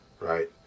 right